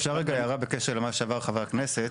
אפשר רגע הערה בקשר למה שאמר חבר הכנסת?